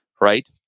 right